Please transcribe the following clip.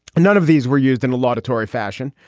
none of these were used in a laudatory fashion.